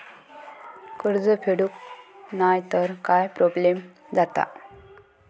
कर्ज फेडूक नाय तर काय प्रोब्लेम जाता?